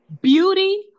beauty